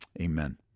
amen